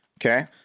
Okay